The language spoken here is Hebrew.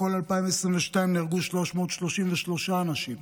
בכל 2022 נהרגו 333 אנשים.